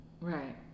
Right